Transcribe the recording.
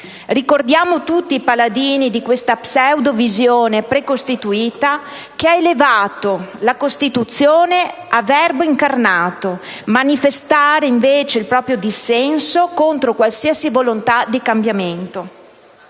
Ricordiamo tutti i paladini di questa pseudovisione precostituita che ha elevato la Costituzione a verbo incarnato manifestare il proprio dissenso contro qualsiasi volontà di cambiamento.